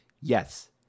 yes